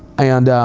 and